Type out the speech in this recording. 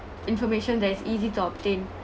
information that is easy to obtain